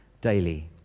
daily